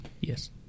Yes